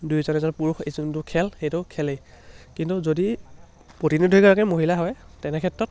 দুইজন এজন পুৰুষ এই যোনটো খেল সেইটো খেলেই কিন্তু যদি প্ৰতিনিধিগৰাকী মহিলা হয় তেনে ক্ষেত্ৰত